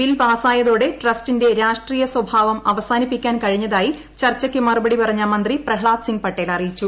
bill പാസായതോടെ ട്രസ്റ്റിന്റെ രാഷ്ട്രീയ സ്വഭാവം അവസാനിപ്പിക്കാൻ കഴിഞ്ഞതായി ചർച്ചയ്ക്ക് മറുപടി പറഞ്ഞ മന്ത്രി പ്രഹ്ളാദ് സിംഗ് പട്ടേൽ അറിയിച്ചു